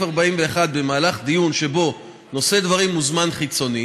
41 במהלך דיון שבו נושא דברים מוזמן חיצוני,